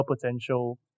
potential